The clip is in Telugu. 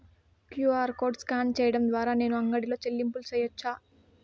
క్యు.ఆర్ కోడ్ స్కాన్ సేయడం ద్వారా నేను అంగడి లో చెల్లింపులు సేయొచ్చా?